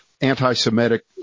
anti-Semitic